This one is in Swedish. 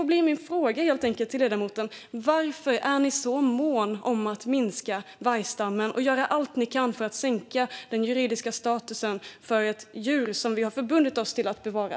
Min fråga till ledamoten får helt enkelt bli: Varför är ni så måna om att minska vargstammen och göra allt ni kan för att sänka den juridiska statusen för ett djur som vi har förbundit oss att bevara?